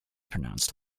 pronounced